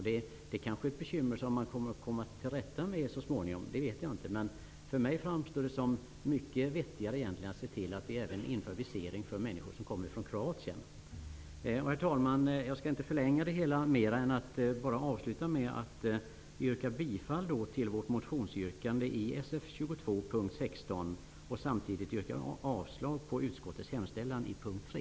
Detta kanske är ett bekymmer som man kan komma till rätta med så småningom, men för mig framstår det som mycket vettigare att vi även inför visering för människor som kommer från Kroatien. Herr talman! Jag skall inte förlänga debatten mer. Jag skall bara avsluta med att yrka bifall till motion Sf22 yrkande 16, vilket innebär att jag yrkar avslag på utskottets hemställan i punkt 3.